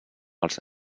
els